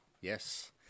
yes